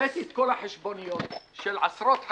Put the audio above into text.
הבאתי את כל החשבוניות של עשרות חקלאים,